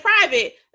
private